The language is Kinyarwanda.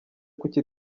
kuki